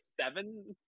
seven